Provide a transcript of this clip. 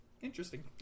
Interesting